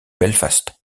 belfast